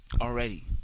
already